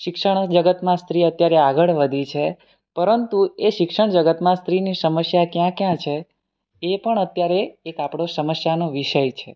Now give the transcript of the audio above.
શિક્ષણ જગતમાં સ્ત્રી અત્યારે આગળ વધી છે પરંતુ એ શિક્ષણ જગતમાં સ્ત્રીની સમસ્યા ક્યાં ક્યાં છે એ પણ અત્યારે એક આપણે સમસ્યાનો વિષય છે